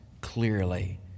clearly